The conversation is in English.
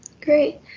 Great